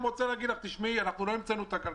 אנחנו לא המצאנו את הגלגל,